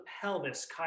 pelvis